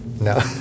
No